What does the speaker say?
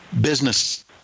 business